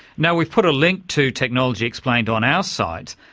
now we put a link to technology explained on our site,